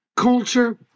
culture